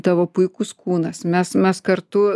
tavo puikus kūnas mes mes kartu